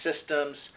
systems